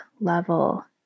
level